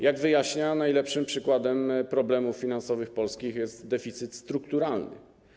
Jak wyjaśnia, najlepszym dowodem problemów finansowych Polski jest deficyt strukturalny.